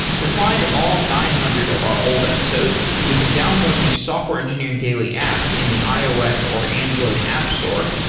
to find all nine hundred of our old episodes, you can download the software engineering daily app in the ios or android app store.